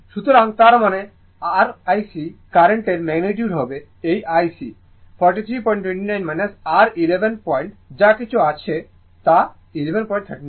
সুতরাং তার মানে r IC কারেন্টের ম্যাগনিটিউড হবে এই IC হবে 4329 r 11 পয়েন্ট যা কিছু আসে 1139